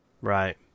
Right